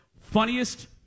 funniest